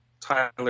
Tyler